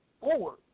forward